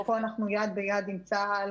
פה אנחנו יד ביד עם צה"ל